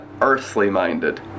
earthly-minded